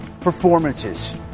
performances